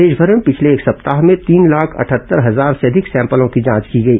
प्रदेशमर में पिछले एक सप्ताह में तीन लाख अटहत्तर हजार से अधिक सैंपलों की जांच की गई